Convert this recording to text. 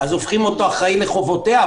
אז הופכים אותו אחראי לחובותיה?